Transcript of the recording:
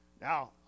Now